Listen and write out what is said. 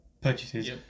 purchases